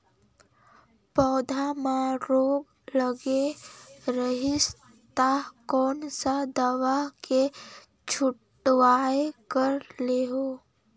पौध मां रोग लगे रही ता कोन सा दवाई के छिड़काव करेके होही?